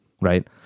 right